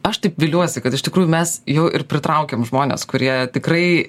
aš taip viliuosi kad iš tikrųjų mes jau ir pritraukiam žmones kurie tikrai